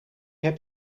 heb